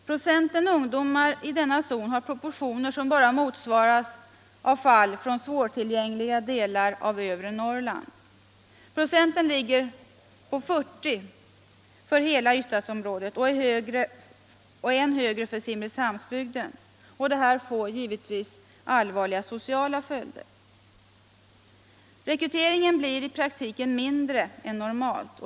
Procenten ungdomar i denna zon har proportioner som bara motsvaras av fall från svårtillgängliga delar av övre Norrland. Procenten ligger på 40 för hela Ystadsområdet och än högre för Simrishamnsbygden. Detta får givetvis allvarliga sociala följder. Rekryteringen blir i praktiken mindre än normalt.